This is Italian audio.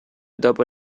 dopo